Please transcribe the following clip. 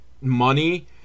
money